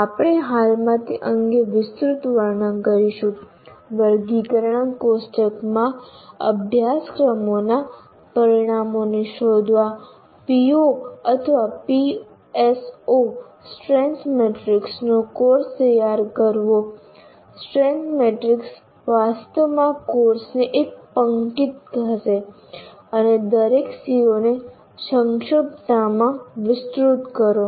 આપણે હાલમાં તે અંગે વિસ્તૃત વર્ણન કરીશું વર્ગીકરણ કોષ્ટકમાં અભ્યાસક્રમોના પરિણામોને શોધવા POPSO સ્ટ્રેન્થ મેટ્રિક્સનો કોર્સ તૈયાર કરવો તાકાત મેટ્રિક્સ વાસ્તવમાં કોર્સની એક પંક્તિ હશે અને દરેક CO ને સક્ષમતામાં વિસ્તૃત કરો